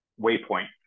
waypoint